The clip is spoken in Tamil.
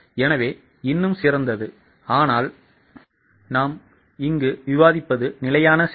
எனவே இன்னும் சிறந்தது ஆனால் நாம் இங்கு விவாதிப்பது நிலையான செலவு